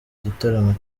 gitaramo